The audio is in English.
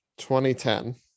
2010